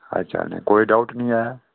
कोई डाउट निं ऐ